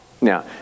Now